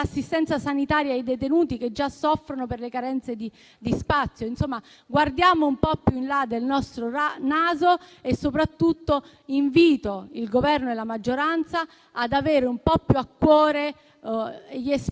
l'assistenza sanitaria ai detenuti, i quali soffrono per le carenze di spazio. Insomma, guardiamo un po' più in là del nostro naso. E, soprattutto, invito il Governo e la maggioranza ad avere un po' più a cuore gli aspetti